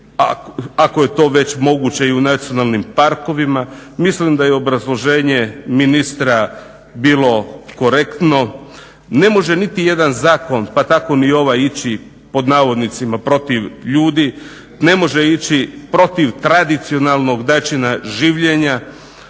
ako je to već moguće i u nacionalnim parkovima. Mislim da je obrazloženje ministra bilo korektno. Ne može niti jedan zakon, pa tako ni ovaj ići "protiv ljudi", ne može ići protiv tradicionalnog načina življenja,